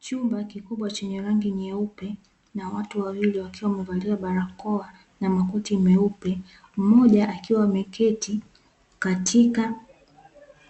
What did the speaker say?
Chumba kikubwa chenye rangi nyeupe, na watu wawili wakiwa wamevalia barakoa na makoti meupe, mmoja akiwa ameketi katika